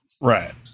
Right